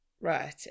Right